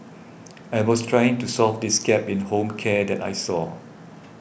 I was trying to solve this gap in home care that I saw